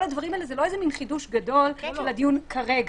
כל הדברים האלה זה לא איזה חידוש גדול של הדיון כרגע.